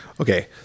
Okay